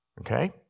Okay